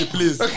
Please